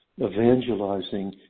evangelizing